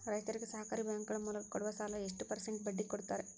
ರೈತರಿಗೆ ಸಹಕಾರಿ ಬ್ಯಾಂಕುಗಳ ಮೂಲಕ ಕೊಡುವ ಸಾಲ ಎಷ್ಟು ಪರ್ಸೆಂಟ್ ಬಡ್ಡಿ ಕೊಡುತ್ತಾರೆ?